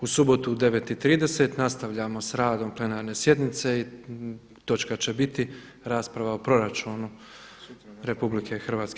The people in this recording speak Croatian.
U subotu u 9,30 nastavljamo s radom plenarne sjednice i točka će biti rasprava o proračunu RH.